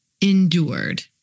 endured